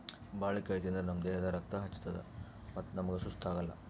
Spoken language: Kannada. ಬಾಳಿಕಾಯಿ ತಿಂದ್ರ್ ನಮ್ ದೇಹದಾಗ್ ರಕ್ತ ಹೆಚ್ಚತದ್ ಮತ್ತ್ ನಮ್ಗ್ ಸುಸ್ತ್ ಆಗಲ್